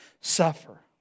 suffer